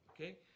okay